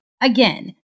again